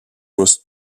was